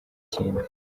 ikindi